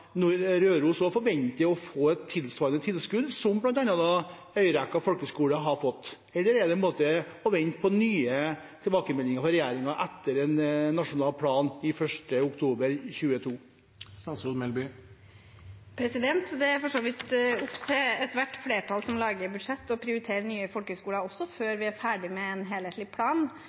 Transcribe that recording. å få et tilsvarende tilskudd som bl.a. Øyrekka folkehøgskole har fått? Eller blir det å vente på nye tilbakemeldinger fra regjeringen etter en nasjonal plan 1. oktober 2022? Det er for så vidt opp til ethvert flertall som lager et budsjett, å prioritere nye folkehøgskoler også før vi er ferdig med en helhetlig plan.